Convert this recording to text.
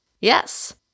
Yes